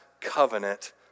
covenant